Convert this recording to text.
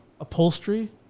upholstery